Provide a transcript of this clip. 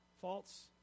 false